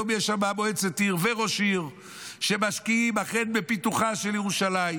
היום יש שם מועצת עיר וראש עיר שמשקיעים אכן מפיתוחה של ירושלים,